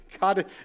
God